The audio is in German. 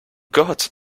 gott